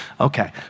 Okay